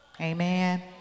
Amen